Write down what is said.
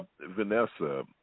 Vanessa